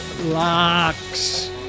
locks